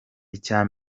icya